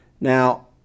Now